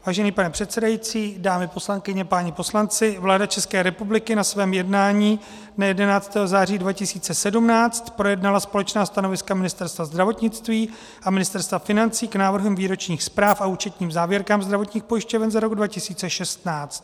Vážený pane předsedající, dámy poslankyně, páni poslanci, vláda České republiky na svém jednání dne 11. září 2017 projednala společná stanoviska Ministerstva zdravotnictví a Ministerstva financí k návrhům výročních zpráv a účetním závěrkám zdravotních pojišťoven za rok 2016.